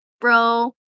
bro